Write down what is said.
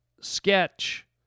sketch